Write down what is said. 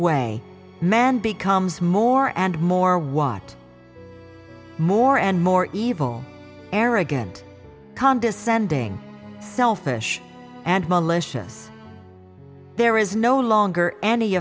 way man becomes more and more want more and more evil arrogant condescending selfish and malicious there is no longer any